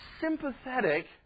sympathetic